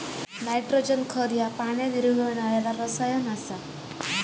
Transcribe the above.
nitrogen खत ह्या पाण्यात विरघळणारा रसायन आसा